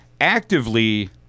actively